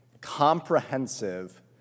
comprehensive